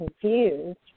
confused